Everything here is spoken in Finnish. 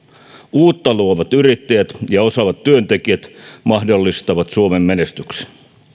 uutta luovat yrittäjät ja osaavat työntekijät mahdollistavat suomen menestyksen